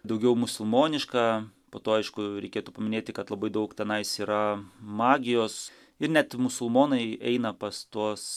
daugiau musulmonišką po to aišku reikėtų paminėti kad labai daug tenais yra magijos ir net musulmonai eina pas tuos